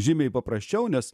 žymiai paprasčiau nes